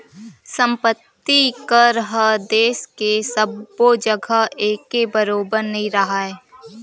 संपत्ति कर ह देस के सब्बो जघा एके बरोबर नइ राहय